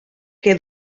que